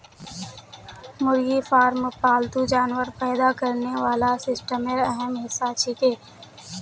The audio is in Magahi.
मुर्गी फार्म पालतू जानवर पैदा करने वाला सिस्टमेर अहम हिस्सा छिके